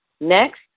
Next